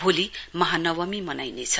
भोली महानवमी मनाइनेछ